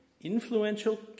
influential